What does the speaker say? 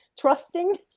trusting